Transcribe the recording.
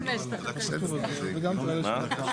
הוראת שר הפנים בדבר הסמכת מוסד הרישוי